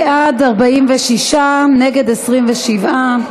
בעד, 46, נגד, 27,